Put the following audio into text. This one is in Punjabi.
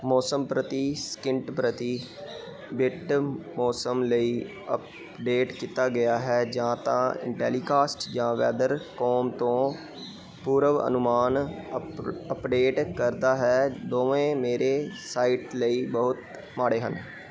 ਮੌਸਮ ਪ੍ਰਤੀ ਸਕਿੰਟ ਪ੍ਰਤੀ ਬਿੱਟ ਮੌਸਮ ਲਈ ਅਪਡੇਟ ਕੀਤਾ ਗਿਆ ਹੈ ਜਾਂ ਤਾਂ ਇੰਟੈਲੀਕਾਸਟ ਜਾਂ ਵੈਦਰਕੋਮ ਤੋਂ ਪੂਰਵ ਅਨੁਮਾਨ ਅਪ ਅੱਪਡੇਟ ਕਰਦਾ ਹੈ ਦੋਵੇਂ ਮੇਰੇ ਸਾਈਟ ਲਈ ਬਹੁਤ ਮਾੜੇ ਹਨ